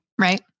Right